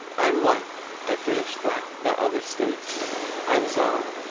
i'm wife i've finished that, that other state i'm czar,